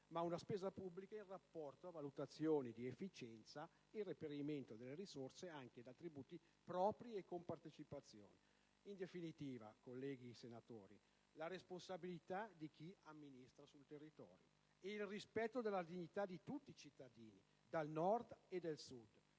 ma una spesa pubblica in rapporto a valutazioni di efficienza e reperimento delle risorse anche da tributi propri e compartecipazioni. In definitiva, colleghi senatori, la responsabilità di chi amministra sul territorio, il rispetto della dignità di tutti i cittadini, del Nord e del Sud,